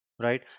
right